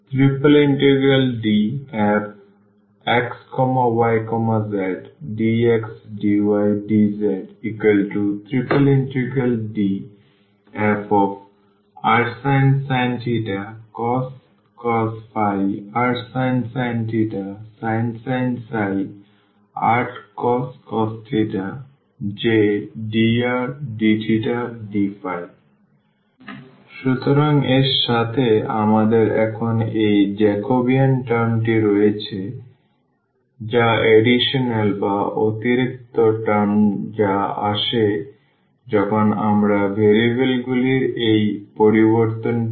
DfxyzdxdydzDfrsin cos rsin sin rcos Jdrdθdϕ সুতরাং এর সাথে আমাদের এখন এই জ্যাকোবিয়ান টার্মটি রয়েছে যা অতিরিক্ত টার্ম যা আসে যখন আমরা ভেরিয়েবলগুলির এই পরিবর্তনটি করি